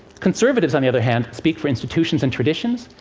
conservatives, on the other hand, speak for institutions and traditions.